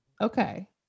Okay